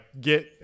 get